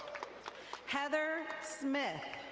heather smith.